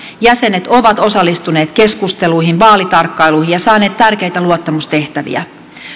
jäsenet ovat osallistuneet keskusteluihin vaalitarkkailuihin ja saaneet tärkeitä luottamustehtäviä